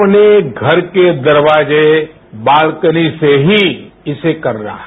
अपने घर के दरवाजे बालकनी से ही इसे करना है